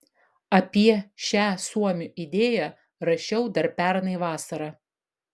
apie šią suomių idėją rašiau dar pernai vasarą